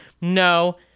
No